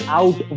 out